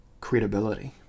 credibility